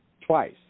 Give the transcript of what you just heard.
twice